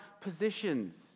positions